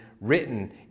written